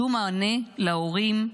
שום מענה להורים,